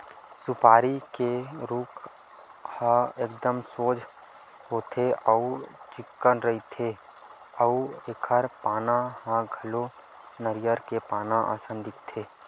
सुपारी के रूख ह एकदम सोझ होथे अउ चिक्कन रहिथे अउ एखर पाना ह घलो नरियर के पाना असन दिखथे